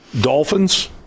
Dolphins